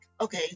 okay